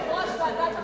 אתה יושב-ראש ועדת החוקה,